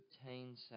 obtain